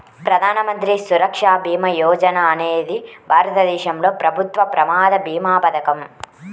ప్రధాన మంత్రి సురక్ష భీమా యోజన అనేది భారతదేశంలో ప్రభుత్వ ప్రమాద భీమా పథకం